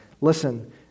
Listen